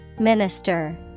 Minister